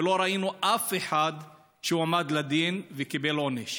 ולא ראינו אף אחד שהועמד לדין וקיבל עונש.